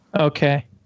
Okay